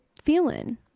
feeling